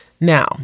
Now